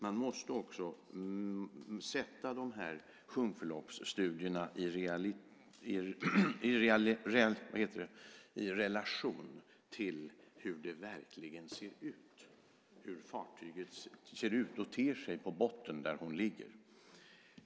Man måste också sätta sjunkförloppsstudierna i relation till hur fartyget ser ut och ter sig på botten där hon ligger.